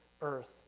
earth